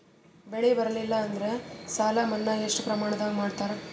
ಬೆಳಿ ಬರಲ್ಲಿ ಎಂದರ ಸಾಲ ಮನ್ನಾ ಎಷ್ಟು ಪ್ರಮಾಣದಲ್ಲಿ ಮಾಡತಾರ?